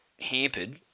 hampered